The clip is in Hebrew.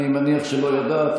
תודה.